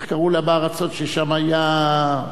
איך קראו לארצות ששם היה,